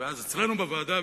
אצלנו בוועדה,